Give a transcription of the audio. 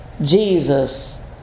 Jesus